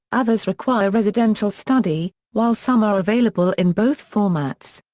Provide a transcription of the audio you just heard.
others require residential study, while some are available in both formats.